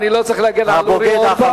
אני לא צריך להגן על אורי אורבך,